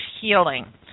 healing